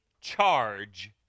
charge